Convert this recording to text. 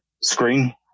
screen